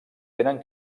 tenen